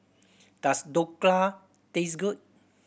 does Dhokla taste good